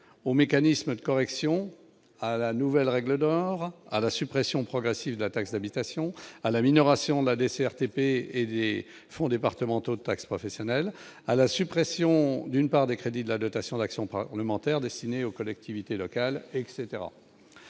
au mécanisme de correction à la nouvelle règle d'or à la suppression progressive de la taxe d'habitation à la minoration de la desserte épées et des fonds départementaux de taxe professionnelle à la suppression d'une part des crédits de la dotation d'action pas complémentaire destinée aux collectivités locales, etc,